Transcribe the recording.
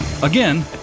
Again